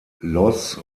los